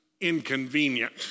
inconvenient